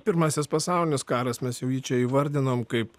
pirmasis pasaulinis karas mes jau jį čia įvardinom kaip